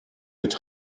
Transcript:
mit